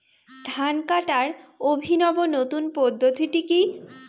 ধান কাটার অভিনব নতুন পদ্ধতিটি কি?